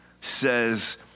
says